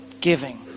giving